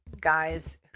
guys